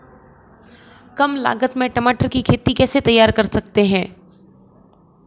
कम लागत में टमाटर की खेती कैसे तैयार कर सकते हैं?